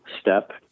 step